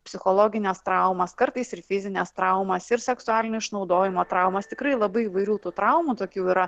psichologines traumas kartais ir fizines traumas ir seksualinio išnaudojimo traumas tikrai labai įvairių traumų tokių yra